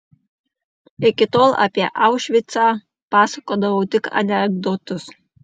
iki tol apie aušvicą pasakodavau tik anekdotus